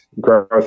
growth